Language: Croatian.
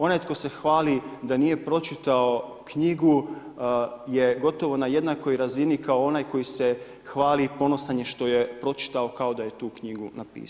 Onaj tko se hvali da nije pročitao knjigu je gotovo na jednakoj razini kao onaj koji se hvali i ponosan je što je pročitao kao da je tu knjigu napisao.